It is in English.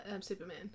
Superman